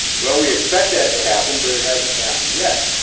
well, we expect that to happen, but it hasn't happened yet.